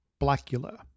Blackula